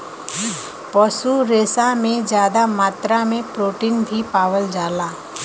पशु रेसा में जादा मात्रा में प्रोटीन भी पावल जाला